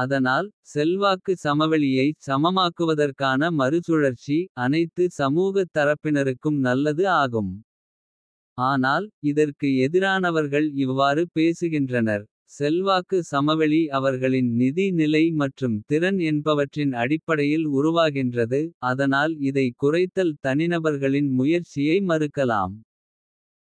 அதனால் செல்வாக்கு சமவெளியை. சமமாக்குவதற்கான மறுசுழற்சி அனைத்து சமூகத். தரப்பினருக்கும் நல்லது ஆகும் ஆனால் இதற்கு எதிரானவர்கள். இவ்வாறு பேசுகின்றனர் செல்வாக்கு சமவெளி. அவர்களின் நிதி நிலை மற்றும் திறன் என்பவற்றின். அடிப்படையில் உருவாகின்றது அதனால் இதை. குறைத்தல் தனிநபர்களின் முயற்சியை மறுக்கலாம்.